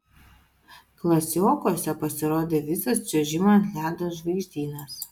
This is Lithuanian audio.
klasiokuose pasirodė visas čiuožimo ant ledo žvaigždynas